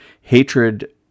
Hatred